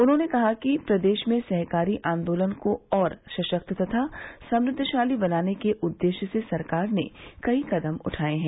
उन्होंने कहा कि प्रदेश में सहकारी आन्दोलन को और सशक्त तथा समृद्धिशाली बनाने के उद्देश्य से सरकार ने कई कदम उठाये हैं